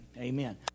Amen